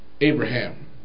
Abraham